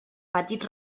petits